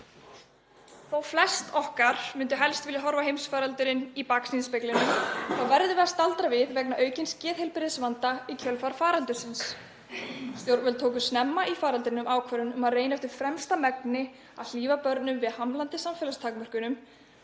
Þótt flest okkar myndu helst vilja horfa á heimsfaraldurinn í baksýnisspeglinum þá verðum við að staldra við vegna aukins geðheilbrigðisvanda í kjölfar faraldursins. Stjórnvöld tóku snemma í faraldrinum ákvörðun um að reyna eftir fremsta megni að hlífa börnum við hamlandi samfélagstakmörkunum